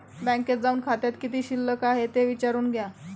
बँकेत जाऊन खात्यात किती शिल्लक आहे ते विचारून घ्या